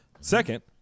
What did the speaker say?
Second